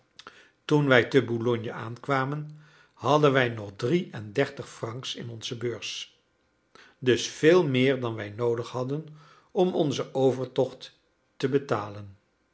toen wij te boulogne aankwamen hadden wij nog drie en dertig francs in onze beurs dus veel meer dan wij noodig hadden om onzen overtocht te betalen